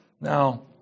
Now